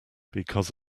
because